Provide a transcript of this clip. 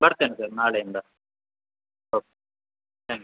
ಬರ್ತೇನೆ ಸರ್ ನಾಳೆಯಿಂದ okay thanks